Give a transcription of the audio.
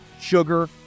sugar